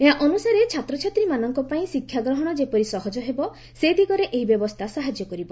ଏହା ଅନୁସାରେ ଛାତ୍ରଛାତ୍ରୀମାନଙ୍କ ପାଇଁ ଶିକ୍ଷା ଗ୍ରହଣ ଯେପରି ସହଜ ହେବ ସେ ଦିଗରେ ଏହି ବ୍ୟବସ୍ଥା ସାହାଯ୍ୟ କରିବ